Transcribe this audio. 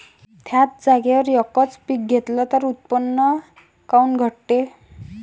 थ्याच जागेवर यकच पीक घेतलं त उत्पन्न काऊन घटते?